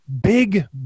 big